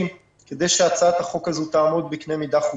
כדי שהצעת החוק הזו תעמוד בקנה מידה חוקתי.